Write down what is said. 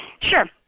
Sure